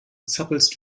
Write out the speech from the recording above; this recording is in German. zappelst